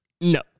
no